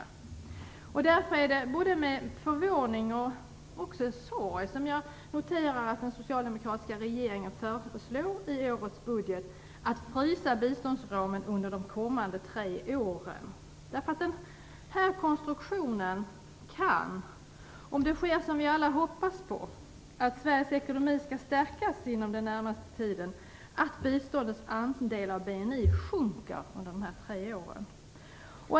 Det är därför med både förvåning och sorg som jag noterar att den socialdemokratiska regeringen i årets budget föreslår att frysa biståndsramen under de kommande tre åren. Den här konstruktionen kan medföra, om det sker som vi alla hoppas på, att Sveriges ekonomi skall stärkas inom den närmaste tiden, att biståndets andel av BNI sjunker under dessa tre år.